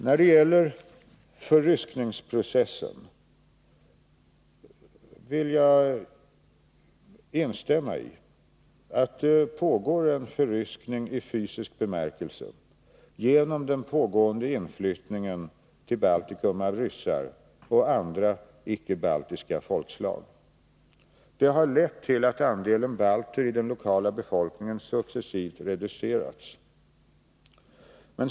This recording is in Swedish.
När det gäller frågan om förryskningsprocessen vill jag instämma i att det pågår en förryskning i fysisk bemärkelse genom den pågående inflyttningen till Baltikum av ryssar och andra icke-baltiska folkslag. Detta har lett till att andelen balter i den lokala befolkningen successivt reducerats.